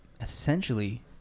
essentially